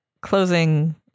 closing